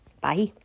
Bye